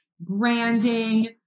branding